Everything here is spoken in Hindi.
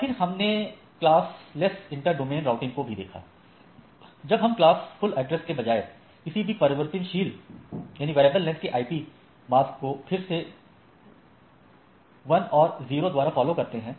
और फिर हमने क्लासलेस इंटर डोमेन राउटिंग को भी देखा है जहां हम क्लासफुल के बजाय किसी भी परिवर्तनशील लंबी के आईपी मास्क को फिर से 1s और फिर 0s द्वारा फॉलो करते हैं